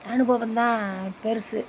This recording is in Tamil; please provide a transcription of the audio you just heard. அனுபவம் தான் பெருசு